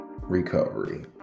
recovery